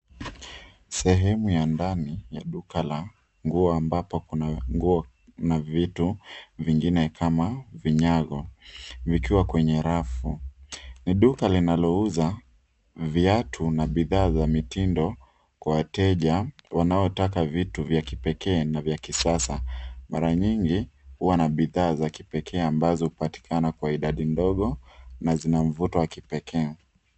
Sehemu ya ndani ya duka la nguo ambapo kuna nguo na vitu vingine kama vinyago vikiwa kwenye rafu. Ni duka linalouza viatu na bidhaa za mitindo kwa wateja wanaotaka vitu vya kipekee na vya kisasa mara nyingi huwa na bidhaa za kipekee ambazo hupatikana kwa idadi ndogo na zina mvuto wa kipekee.